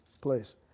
place